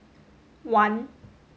one